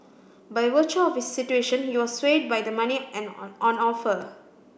by virtue of his situation he was swayed by the money and on on offer